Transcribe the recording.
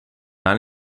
gar